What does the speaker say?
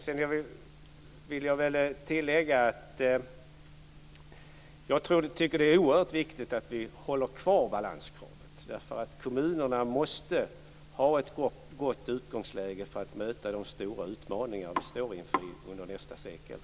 Sedan vill jag tillägga att jag tycker att det är oerhört viktigt att vi håller kvar balanskravet. Kommunerna måste ha ett gott utgångsläge för att möta de stora utmaningar vi står inför under nästa sekel.